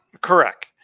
Correct